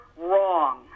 wrong